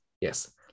yes